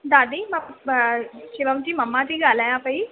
दादी मां शिवम जी मम्मा ति ॻाल्हायां पई